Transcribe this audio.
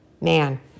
man